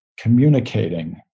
communicating